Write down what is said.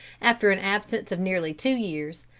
after an absence of nearly two years,